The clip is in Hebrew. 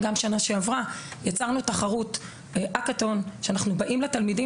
גם שנה שעברה יצרנו תחרות אקתון שאנחנו באים לתלמידים